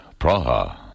Praha